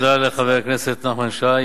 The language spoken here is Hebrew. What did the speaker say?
יצחק כהן: תודה לחבר הכנסת נחמן שי.